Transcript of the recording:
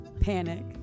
panic